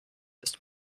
ist